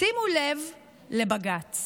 שימו לב לבג"ץ